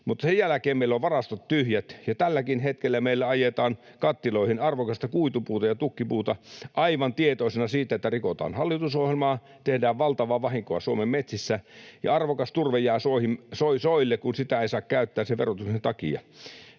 mutta sen jälkeen meillä ovat varastot tyhjät. Tälläkin hetkellä meillä ajetaan kattiloihin arvokasta kuitupuuta ja tukkipuuta aivan tietoisena siitä, että rikotaan hallitusohjelmaa, tehdään valtavaa vahinkoa Suomen metsissä ja arvokas turve jää soille, kun sitä ei saa käyttää sen verotuksen takia.